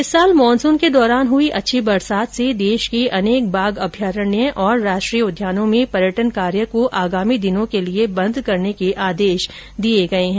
इस वर्ष मानसून के दौरान हुई अच्छी बरसात से देश के अनेक बाघ अभ्यारण्य और राष्ट्रीय उद्यानों में पर्यटन कार्य को आगामी दिनों के लिये बंद करने के आदेश दिये गये हैं